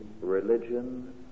religion